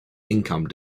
income